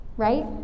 right